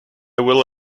will